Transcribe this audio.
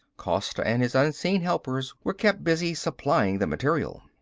costa and his unseen helpers were kept busy supplying the material.